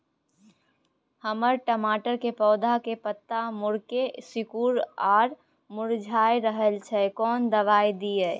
हमर टमाटर के पौधा के पत्ता मुड़के सिकुर आर मुरझाय रहै छै, कोन दबाय दिये?